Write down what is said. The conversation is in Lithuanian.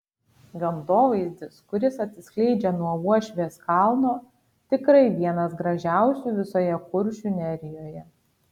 gamtovaizdis kuris atsiskleidžia nuo uošvės kalno tikrai vienas gražiausių visoje kuršių nerijoje